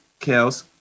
Kels